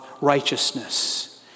righteousness